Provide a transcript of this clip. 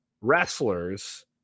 wrestlers